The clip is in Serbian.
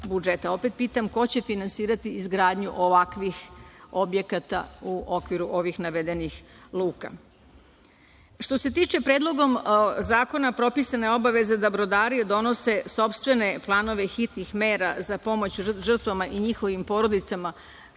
Opet pitam – ko će finansirati izgradnju ovakvih objekata u okviru ovih navedenih luka? Što se tiče Predloga zakona propisana je obaveza da brodari donose sopstvene planove hitnih mera za pomoć žrtvama i njihovim porodicama